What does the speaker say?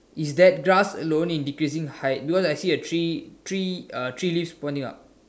is that grass alone in decreasing height because I see three three three leaves pointing up